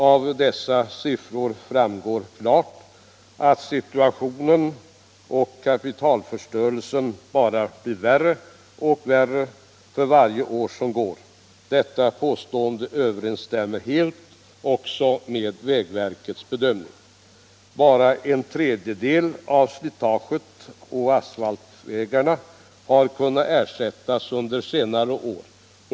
Av dessa siffror framgår klart att situationen och kapitalförstörelsen bara blir värre och värre för varje år som går. Detta påstående överensstämmer helt också med vägverkets bedömning. Bara en tredjedel av slitaget på asfaltvägarna har kunnat ersättas under senare år.